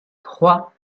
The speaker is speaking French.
trois